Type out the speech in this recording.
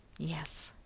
yes!